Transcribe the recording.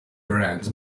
brands